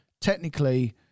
technically